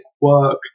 work